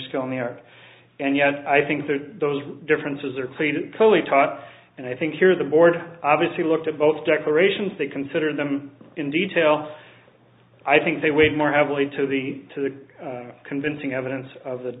skill in the act and yet i think those differences are clean coley taught and i think here the board obviously looked at both declarations they consider them in detail i think they weighed more heavily to the to the convincing evidence of th